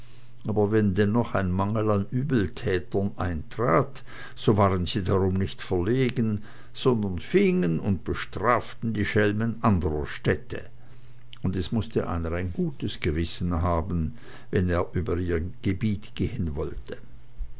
aber wenn dennoch ein mangel an übeltätern eintrat so waren sie darum nicht verlegen sondern fingen und bestraften die schelmen anderer städte und es mußte einer ein gutes gewissen haben wenn er über ihr gebiet gehen wollte